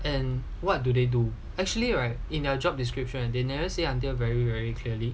and what do they do actually right in their job description and they never say until very very clearly